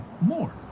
more